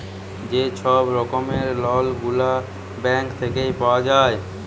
যে ছব রকমের লল গুলা ব্যাংক থ্যাইকে পাউয়া যায়